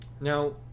now